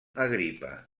agripa